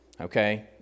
Okay